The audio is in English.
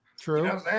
True